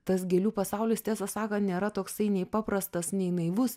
tas gėlių pasaulis tiesą sakant nėra toksai nei paprastas nei naivus